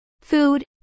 food